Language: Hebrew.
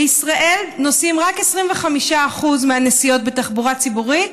בישראל נוסעים רק 25% מהנסיעות בתחבורה ציבורית,